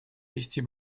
вести